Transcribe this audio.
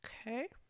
Okay